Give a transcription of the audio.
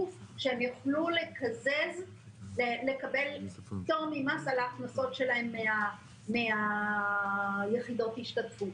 שהם יוכלו לקבל פטור ממס על ההכנסות שלהם מיחידות ההשתתפות.